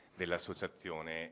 dell'associazione